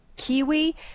kiwi